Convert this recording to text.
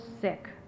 sick